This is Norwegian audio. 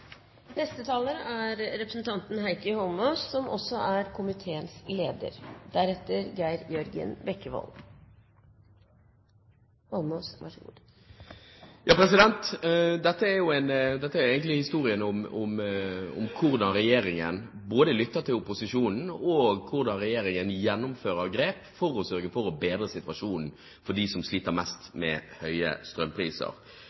er egentlig historien om hvordan regjeringen både lytter til opposisjonen og hvordan regjeringen gjennomfører grep for å sørge for å bedre situasjonen for dem som sliter mest med høye strømpriser. Jeg har sittet i komiteen en stund og